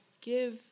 give